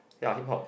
ya hip hop